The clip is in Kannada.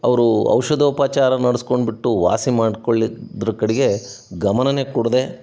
ಅವರು ಔಷದೋಪಚಾರ ನಡೆಸ್ಕೊಂಡ್ಬಿಟ್ಟು ವಾಸಿ ಮಾಡ್ಕೊಳ್ಳಿ ಅದ್ರ ಕಡೆಗೆ ಗಮನವೇ ಕೊಡದೇ